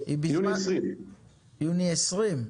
--- יוני 2020. יוני 2020?